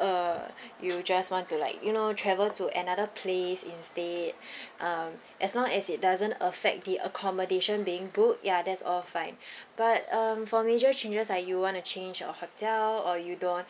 uh you just want to like you know travel to another place instead um as long as it doesn't affect the accommodation being booked ya that's all fine but um for major changes like you wanna change your hotel or you don't